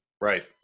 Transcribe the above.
Right